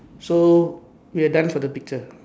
so we're done for the picture